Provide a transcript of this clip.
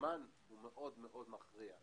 הזמן מאוד מאוד מכריע.